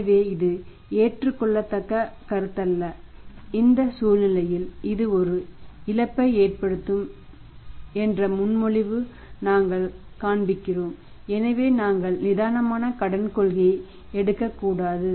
எனவே இது ஏற்றுக்கொள்ளத்தக்க கருத்தல்ல இந்த சூழ்நிலையில் இது ஒரு இழப்பை ஏற்படுத்தும் என்ற முன்மொழிவு நாங்கள் காண்பிக்கிறோம் எனவே நாங்கள் நிதானமான கடன் கொள்கையை எடுக்கக்கூடாது